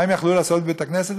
מה הם יכלו לעשות בבית-הכנסת?